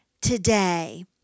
today